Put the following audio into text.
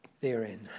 therein